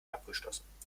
abgeschlossen